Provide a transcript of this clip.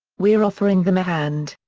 we're offering them a hand.